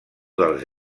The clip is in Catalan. dels